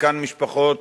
חלקן משפחות